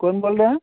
कौन बोल रहे हैं